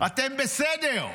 אתם בסדר.